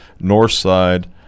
Northside